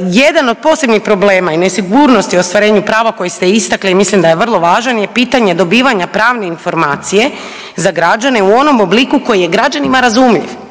jedan od posebnih problema i nesigurnosti u ostvarenju prava koji ste istekli mislim da je vrlo važan je pitanje dobivanja pravne informacije za građane u onom obliku koji je građanima razumljiv.